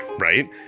right